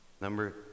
Number